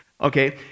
Okay